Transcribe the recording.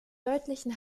deutlichen